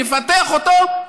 לפתח אותו,